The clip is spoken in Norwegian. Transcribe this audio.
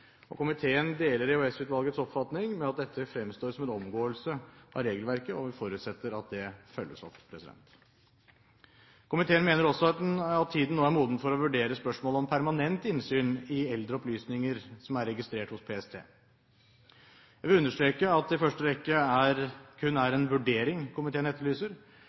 Komiteen deler EOS-utvalgets oppfatning av at dette fremstår som en omgåelse av regelverket, og vi forutsetter at det følges opp. Komiteen mener også at tiden nå er moden for å vurdere spørsmålet om permanent innsyn i eldre opplysninger som er registrert hos PST. Jeg vil understreke at det i første rekke kun er en vurdering komiteen etterlyser,